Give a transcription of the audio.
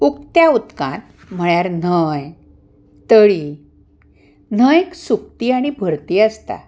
उक्त्या उदकांत म्हळ्यार न्हंय तळी न्हंयक सुकती आनी भरती आसता